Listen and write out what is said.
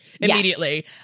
immediately